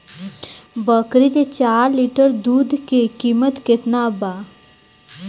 बकरी के चार लीटर दुध के किमत केतना बा?